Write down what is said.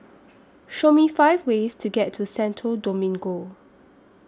Show Me five ways to get to Santo Domingo